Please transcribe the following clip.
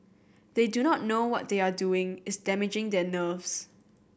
they do not know what they are doing is damaging their nerves